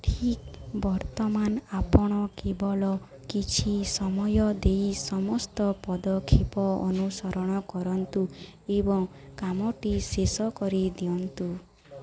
ଠିକ୍ ବର୍ତ୍ତମାନ ଆପଣ କେବଳ କିଛି ସମୟ ଦେଇ ସମସ୍ତ ପଦକ୍ଷେପ ଅନୁସରଣ କରନ୍ତୁ ଏବଂ କାମଟି ଶେଷ କରିଦିଅନ୍ତୁ